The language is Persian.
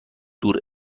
دور